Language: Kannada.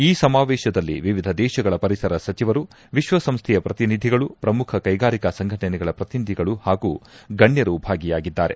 ಈ ಸಮಾವೇಶದಲ್ಲಿ ವಿವಿಧ ದೇಶಗಳ ಪರಿಸರ ಸಚಿವರು ವಿಶ್ವ ಸಂಸ್ಥೆಯ ಪ್ರತಿನಿಧಿಗಳು ಪ್ರಮುಖ ಕೈಗಾರಿಕಾ ಸಂಘಟನೆಗಳ ಪ್ರತಿನಿಧಿಗಳು ಹಾಗೂ ಗಣ್ಣರು ಭಾಗಿಯಾಗಿದ್ದಾರೆ